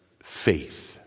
faith